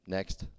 Next